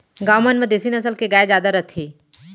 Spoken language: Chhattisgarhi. गॉँव मन म देसी नसल के गाय जादा रथे